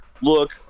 look